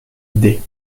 idée